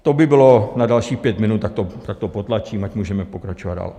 To by bylo na dalších pět minut, tak to potlačím, ať můžeme pokračovat dál.